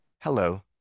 Hello